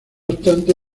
obstante